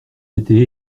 été